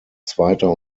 zweiter